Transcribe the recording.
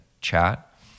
chat